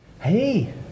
Hey